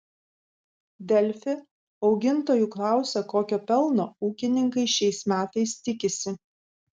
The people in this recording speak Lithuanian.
delfi augintojų klausia kokio pelno ūkininkai šiais metais tikisi